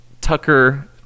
Tucker